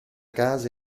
casa